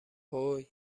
هوووی